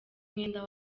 umwenda